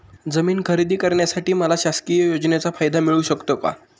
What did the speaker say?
जमीन खरेदी करण्यासाठी मला शासकीय योजनेचा फायदा मिळू शकतो का?